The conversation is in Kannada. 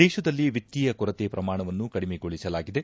ದೇಶದಲ್ಲಿ ವಿತ್ತೀಯ ಕೊರತೆ ಪ್ರಮಾಣವನ್ನು ಕಡಿಮೆಗೊಳಸಲಾಗಿದೆ